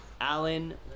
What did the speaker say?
Alan